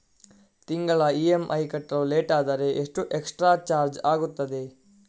ತಿಂಗಳ ಇ.ಎಂ.ಐ ಕಟ್ಟಲು ಲೇಟಾದರೆ ಎಷ್ಟು ಎಕ್ಸ್ಟ್ರಾ ಚಾರ್ಜ್ ಆಗುತ್ತದೆ?